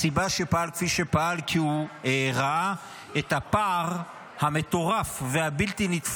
הסיבה שפעל כפי שפעל היא כי הוא ראה את הפער המטורף והבלתי-נתפס,